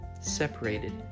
separated